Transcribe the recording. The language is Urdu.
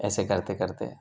ایسے کرتے کرتے